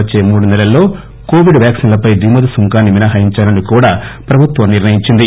వచ్చే మూడు నెలల్లో కోవిడ్ వ్యాక్సిన్ లపై దిగుమతి సుంకాన్ని మినహయించాలని కూడా ప్రభుత్వం నిర్ణయించింది